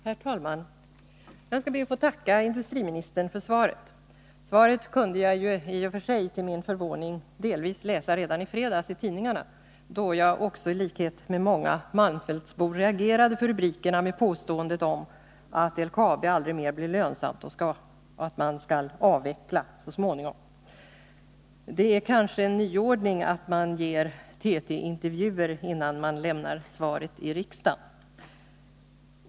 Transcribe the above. Herr talman! Jag ber att få tacka industriministern för svaret. Det kunde jag i och för sig till min förvåning delvis läsa i tidningarna redan i fredags. I likhet med andra malmfältsbor reagerade jag för rubrikerna med påståendet om att LKAB aldrig mer blir lönsamt och att man skall avveckla så småningom. Det är kanske en nyordning att man ger TT-intervjuer, innan man lämnar svaret i riksdagen.